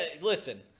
Listen